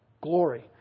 glory